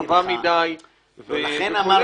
רחבה מדיי וכוללת.